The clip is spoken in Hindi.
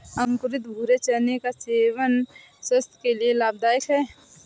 अंकुरित भूरे चने का सेवन स्वास्थय के लिए लाभदायक है